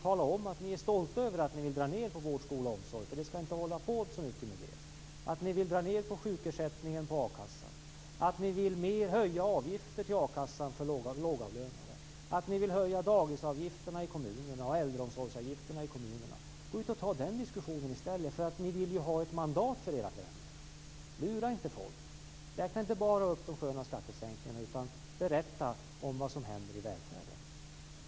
Tala om att ni är stolta över att ni vill dra ned på vård, skola och omsorg och att ni inte skall hålla på med det så mycket. Tala om att ni vill dra ned på sjukersättningen och a-kassan och höja avgifter till a-kassan för lågavlönade. Tala om att ni vill höja dagisavgifterna och äldreomsorgsavgifterna i kommunerna. Gå ut och ta den diskussionen i stället. Ni vill ju ha ett mandat för era förändringar. Lura inte folk. Räkna inte bara upp de sköna skattesänkningarna, utan berätta om vad som händer i välfärden.